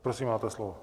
Prosím, máte slovo.